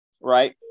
right